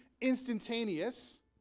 instantaneous